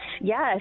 yes